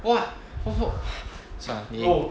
what wha~ 什么啊你